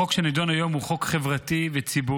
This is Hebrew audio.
החוק שנדון היום הוא חוק חברתי וציבורי